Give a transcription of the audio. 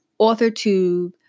AuthorTube